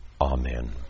Amen